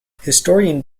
historian